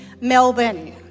Melbourne